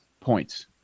Points